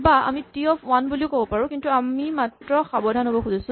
বা আমি T of one বুলিও ক'ব পাৰো কিন্তু আমি মাত্ৰ সাৱধান হ'ব খুজিছো